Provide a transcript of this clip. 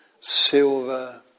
silver